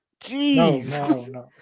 Jeez